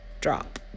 drop